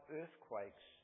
earthquakes